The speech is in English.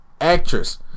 actress